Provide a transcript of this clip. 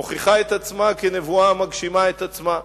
מוכיחה את עצמה כנבואה המגשימה את עצמה.